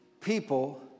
people